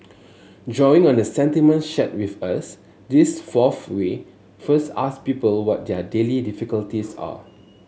drawing on the sentiments shared with us this fourth way first ask people what their daily difficulties are